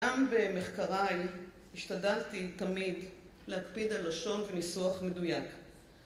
גם במחקריי השתדלתי תמיד להקפיד על לשון וניסוח מדויק.